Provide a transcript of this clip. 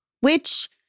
which-